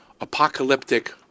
apocalyptic